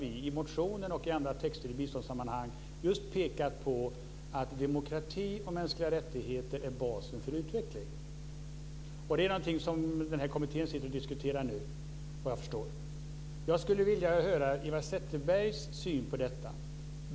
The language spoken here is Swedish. I motionen och i andra texter i biståndssammanhang har vi just pekat på att demokrati och mänskliga rättigheter är basen för utveckling. Det är någonting som den här kommittén diskuterar nu, såvitt jag förstår. Jag skulle vilja höra Eva Zetterbergs syn på detta.